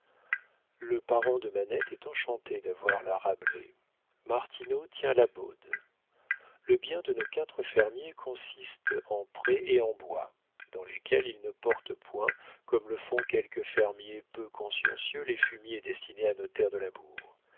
le parent de manette est enchanté d'avoir la rabelaye martineau tient la baude le bien de nos quatre fermiers consiste en prés et en bois dans lesquels ils ne portent point comme le font quelques fermiers peu consciencieux les fumiers destinés à nos terres de labour